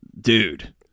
dude